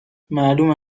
معلومه